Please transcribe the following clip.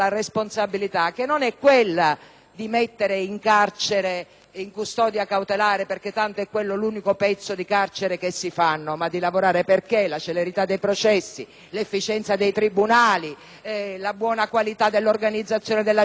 di mettere gli imputati alla custodia cautelare in carcere perché è l'unico pezzo di carcere che si faranno, ma è di lavorare perché la celerità dei processi, l'efficienza dei tribunali, la buona qualità dell'organizzazione della giustizia e le risorse a